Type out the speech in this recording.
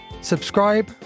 subscribe